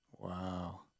wow